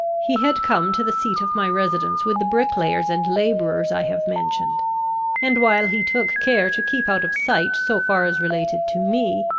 he had come to the seat of my residence with the bricklayers and labourers i have mentioned and, while he took care to keep out of sight so far as related to me,